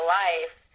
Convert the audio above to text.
life